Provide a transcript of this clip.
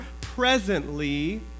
presently